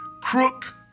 crook